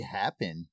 happen